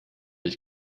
ich